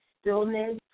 stillness